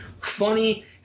funny